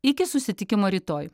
iki susitikimo rytoj